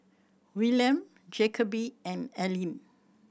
Willaim Jacoby and Alleen